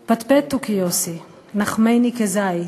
/ פטפט, תוכי יוסי, / נחמני כזית,